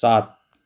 सात